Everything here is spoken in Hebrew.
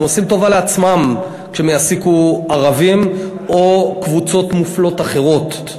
הם עושים טובה לעצמם כשהם מעסיקים ערבים או קבוצות מופלות אחרות.